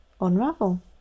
unravel